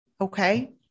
Okay